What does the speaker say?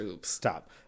Stop